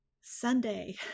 Sunday